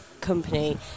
company